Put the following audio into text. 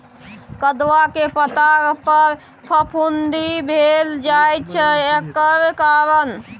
कदुआ के पता पर फफुंदी भेल जाय छै एकर कारण?